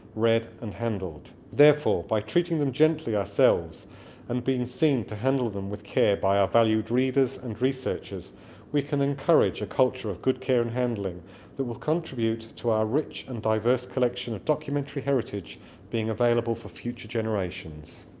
read and handled therefore, by treating them gently ourselves and being seen to handle them with care by our valued readers and researchers we can encourage a culture of good care and handling that will contribute to our rich and diverse collection of documentary heritage being available for future generations